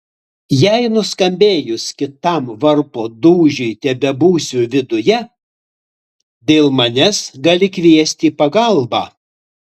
jei nuskambėjus kitam varpo dūžiui tebebūsiu viduje dėl manęs gali kviesti pagalbą